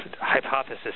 hypothesis